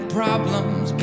problems